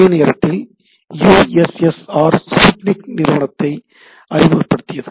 அதே நேரத்தில் U S S R Sputnik நிறுவனத்தை அறிமுகப்படுத்தியது